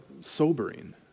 sobering